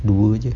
dua jer